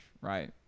Right